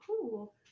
Cool